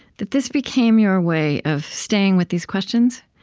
that this became your way of staying with these questions.